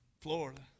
Florida